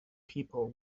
people